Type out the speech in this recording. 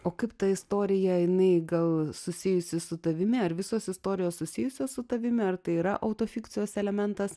o kaip ta istorija jinai gal susijusi su tavimi ar visos istorijos susijusios su tavimi ar tai yra autofikcijos elementas